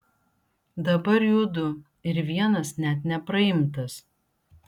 dabar jų du ir vienas net nepraimtas